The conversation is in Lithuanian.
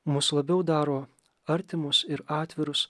mus labiau daro artimus ir atvirus